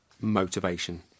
motivation